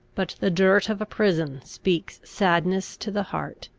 but the dirt of a prison speaks sadness to the heart,